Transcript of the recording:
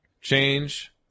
change